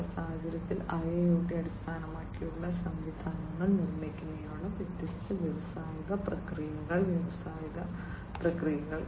0 സാഹചര്യത്തിൽ IIoT അടിസ്ഥാനമാക്കിയുള്ള സംവിധാനങ്ങൾ നിർമ്മിക്കുന്നതിനുള്ള വ്യത്യസ്ത വ്യാവസായിക പ്രക്രിയകൾ വ്യാവസായിക പ്രക്രിയകൾ